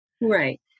Right